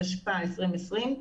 התשפ"א-2020,